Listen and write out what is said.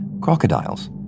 crocodiles